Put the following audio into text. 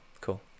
cool